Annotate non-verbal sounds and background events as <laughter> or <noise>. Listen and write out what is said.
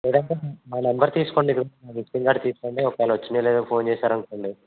లేదంటే మా నెంబర్ తీసుకోండి <unintelligible> మా విజిటింగ్ కార్డ్ తీసుకోండి ఒకవేళ వచ్చినాయో లేదో ఫోన్ చేశారనుకోండి